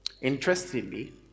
Interestingly